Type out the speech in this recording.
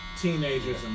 teenagers